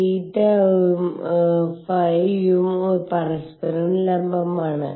θ ഉം ϕ ഉം പരസ്പരം ലംബമാണ്